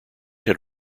had